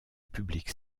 public